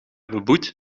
beboet